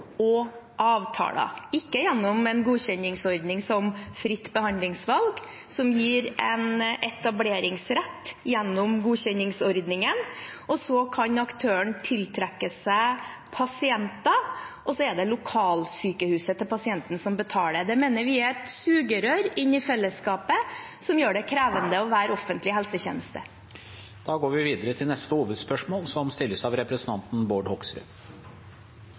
og avtaler, ikke gjennom en godkjenningsordning som fritt behandlingsvalg, som gir en etableringsrett gjennom godkjenningsordningen, så kan aktøren tiltrekke seg pasienter, og så er det lokalsykehuset til pasienten som betaler. Det mener vi er et sugerør inn i fellesskapet og gjør det krevende å være en offentlig helsetjeneste. Da går vi videre til neste hovedspørsmål.